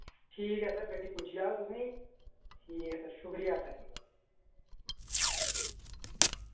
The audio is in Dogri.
ठीक ऐ सर गड्डी पुज्जी जाग तुसें ठीक ऐ सर शुक्रिया सर